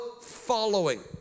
following